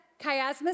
chiasmus